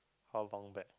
how long back